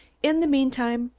in the meantime,